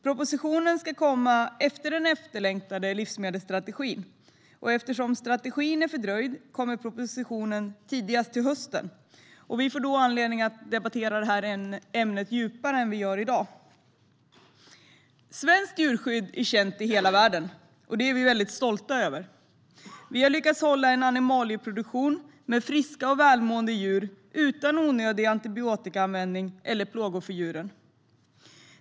Propositionen ska komma efter den efterlängtade livsmedelsstrategin, och eftersom strategin är fördröjd kommer propositionen tidigast till hösten. Vi får då anledning att debattera ämnet djupare än vi gör i dag. Svenskt djurskydd är känt i hela världen, och vi är väldigt stolta över det. Vi har lyckats hålla en animalieproduktion med friska och välmående djur utan onödig antibiotikaanvändning eller plågor för djuren.